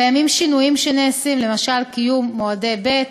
קיימים שינויים שנעשים, למשל קיום מועדי ב',